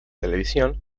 televisión